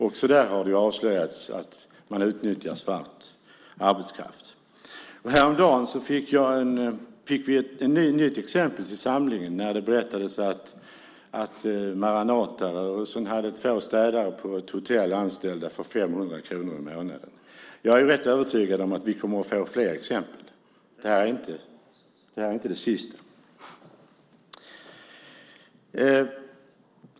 Också där har det ju avslöjats att man har utnyttjat svart arbetskraft. Häromdagen fick vi ett nytt exempel till samlingen när det berättades att Maranatarörelsen hade två städare på ett hotell, anställda för 500 kronor i månaden. Jag är rätt övertygad om att vi kommer att få se fler exempel. Det här är inte det sista.